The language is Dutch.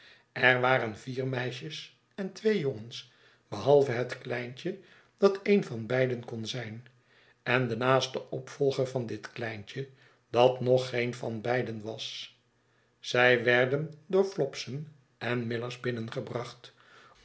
er waren vier meisjes en twee jongens behalve het kleintje dat een van beiden kon zijn en de naaste o'pvolger van dit kleintje dat nog geen van beiden was zij werden door flopson en millers binnengebracht